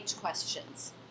questions